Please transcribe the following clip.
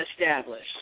established